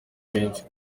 benshi